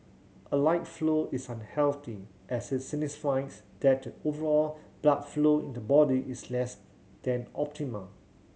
a light flow is unhealthy as it signifies that the overall blood flow in the body is less than optimal